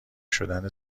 شدن